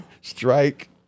Strike